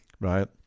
Right